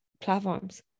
platforms